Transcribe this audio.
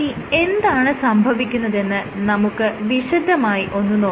ഇനി എന്താണ് സംഭവിക്കുന്നതെന്ന് നമുക്ക് വിശദമായി ഒന്ന് നോക്കാം